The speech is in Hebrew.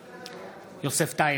בעד יוסף טייב,